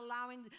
allowing